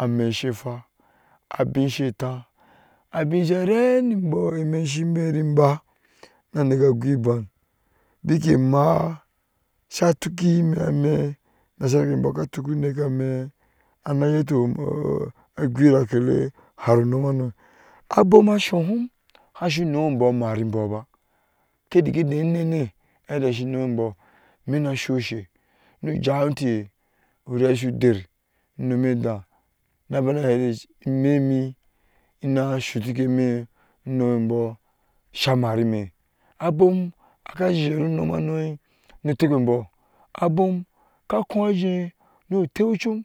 Ami she hwɛu abi she taih abi sa renibɔɔ mimɛ shi berin ba na nike agohɛ aban bike ma sa tuki mi ami nasare bɔɔ ka tuku nike gmi anayotai gwarake le hare nomanu abom a sohɛ hasu nomobɔɔ sa marabɔɔ ba ke dike nanah ata su nomibɔɔ mi na su she nojah teh nomideh na bana hɛ memi na sutike mi nomibɔɔ sa marami abom ka zhere unomanu notekpebɔɔ abom ka ko jeh notechum